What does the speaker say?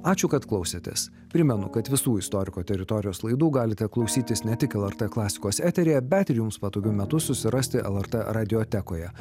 ačiū kad klausėtės primenu kad visų istorikų teritorijos laidų galite klausytis ne tik lrt klasikos eteryje bet ir jums patogiu metu susirasti lrt radijotekoje